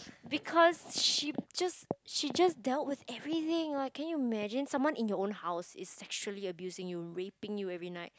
because she just she just dealt with everything like can you imagine someone in your own house is actually abusing you raping you every night